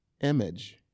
Image